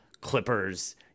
Clippers